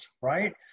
Right